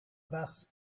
bus